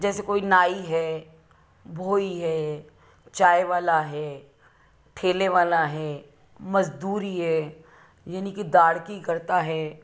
जैसे कोई नाई है भोई है चाय वाला है ठेले वाला है मजदूर ही है यानी कि दिहाड़ी करता है